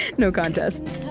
and no contest.